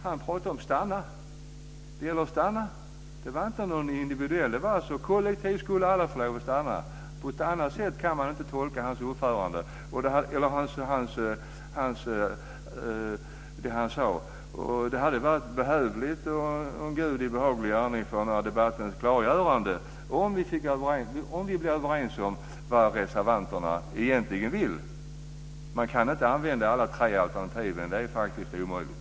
Han pratade om att det gäller att stanna, att det inte gäller individer utan att alla kollektivt skulle få stanna. På något annat sätt kan man inte tolka det han sade. Det hade varit behövligt och en Gudi behaglig gärning för den här debattens klargörande om vi blev överens om vad reservanterna egentligen vill. Man kan inte använda alla tre alternativen - det är omöjligt.